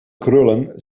krullen